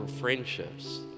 friendships